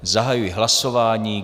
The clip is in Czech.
Zahajuji hlasování.